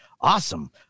awesome